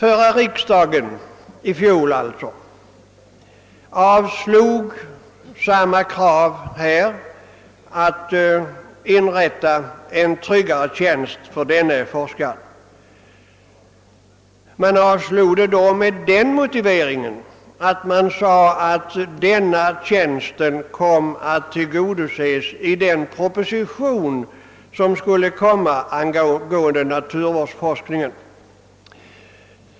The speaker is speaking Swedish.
Fjolårets riksdag avslog kravet om inrättande av en tryggare tjänst för denne forskare med motiveringen att behovet skulille tillgodoses genom den proposition som skulle lämnas angående naturvårdsforskning.